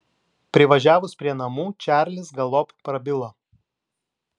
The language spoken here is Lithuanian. privažiavus prie namų čarlis galop prabilo